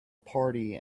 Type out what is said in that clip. party